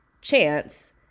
chance